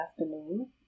afternoon